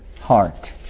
heart